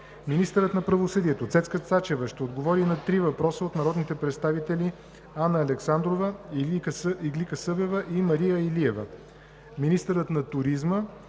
Министърът на правосъдието Цецка Цачева ще отговори на три въпроса от народните представители Анна Александрова; Иглика Събева; и Мария Илиева. 6. Министърът на туризма